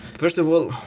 first of all,